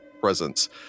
presence